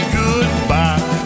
goodbye